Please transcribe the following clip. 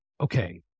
okay